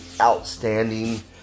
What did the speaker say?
outstanding